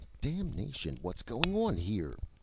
damnation! what's going on here?